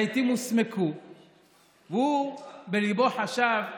והוא בליבו חשב: